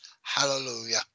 Hallelujah